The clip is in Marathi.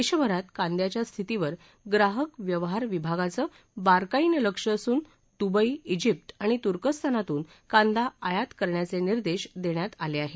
देशभरात कांद्याच्या स्थितीवर ग्राहक व्यवहार विभागाचं बारकाईनं लक्ष असून दुबई ाॅजिप्त आणि तुर्कस्तानातून कांदा आयात करण्याचे निर्देश देण्यात आले आहेत